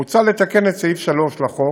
מוצע לתקן את סעיף 3 לחוק